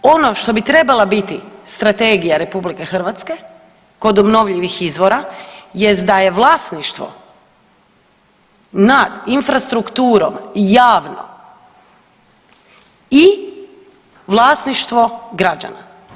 Ono što bi trebala biti Strategija RH kod obnovljivih izvora, jest da je vlasništvo nad infrastrukturom javno i vlasništvo građana.